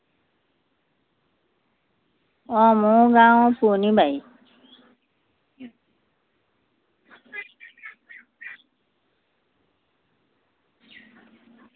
অঁ মোৰ গাওঁ পুৰণি বাৰীত